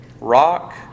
rock